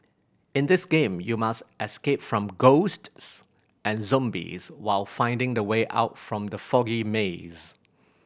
in this game you must escape from ghosts and zombies while finding the way out from the foggy maze